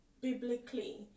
biblically